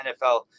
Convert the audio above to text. NFL